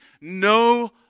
no